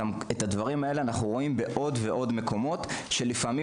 את המקרים האלה אנחנו רואים בעוד ועוד מקומות ולפעמים